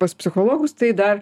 pas psichologus tai dar